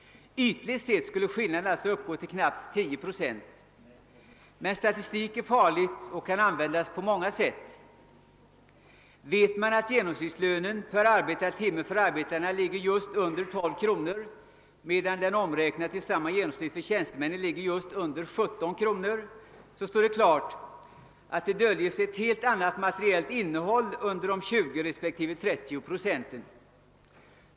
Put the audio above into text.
Ytligt sett skulle skillnaden alltså uppgå till knappt 10 procent. Men statistik är farlig och kan användas på många sätt. Vet man att genomsnittslönen per arbetad timme för arbetarna ligger just under 12 kr. medan den omräknad till samma genomsnitt för tjänstemän ligger just under 17 kr., så står det klart att det döljer sig ett helt annat materiellt innehåll under de 20 respektive 30 procenten.